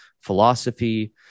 philosophy